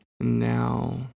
Now